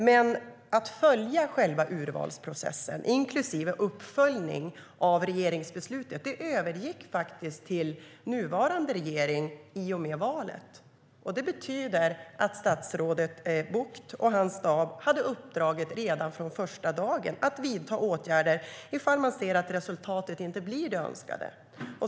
Men att följa själva urvalsprocessen, inklusive uppföljning av regeringsbeslutet, övergick till nuvarande regering i och med valet. Det betyder att statsrådet Bucht och hans stab hade uppdraget redan från första dagen att vidta åtgärder om resultatet inte blev det önskade.